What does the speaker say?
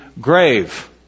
grave